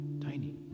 tiny